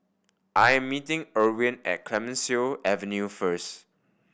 I am meeting Irwin at Clemenceau Avenue first